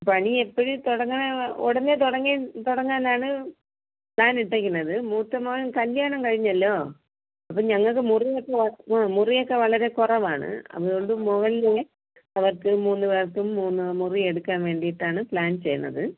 പണി എപ്പഴ് തുടങ്ങണമെന്ന് ഉടനെ തുടങ്ങി തുടങ്ങാനാണ് പ്ലാൻ ഇട്ടേക്കണത് മൂത്ത മോൻ കല്യാണം കഴിഞ്ഞല്ലോ അപ്പം ഞങ്ങൾക്ക് മുറിയൊക്കെ വ ആഹ് മുറിയൊക്കെ വളരെ കുറവാണ് അതുകൊണ്ട് മുകളിൽ അവർക്ക് മൂന്നുപേർക്കും മൂന്ന് മുറിയെടുക്കാൻ വേണ്ടിട്ടാണ് പ്ലാൻ ചെയ്യണത്